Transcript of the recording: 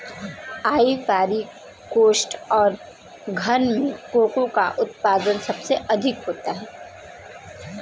Ivory coast और घना में कोको का उत्पादन सबसे अधिक है